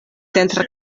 centra